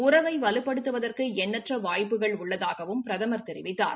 உறவை வலுப்படுத்துவதற்கு எண்ணற்ற வாய்ப்புகள் உள்ளதாகவும் பிரதமர் தெரிவித்தார்